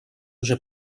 уже